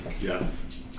Yes